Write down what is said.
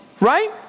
right